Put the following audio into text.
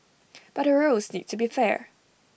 but the rules need to be fair